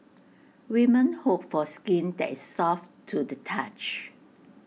women hope for skin that is soft to the touch